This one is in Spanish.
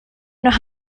unos